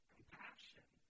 Compassion